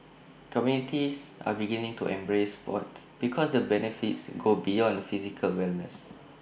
communities are beginning to embrace Sport because the benefits go beyond physical wellness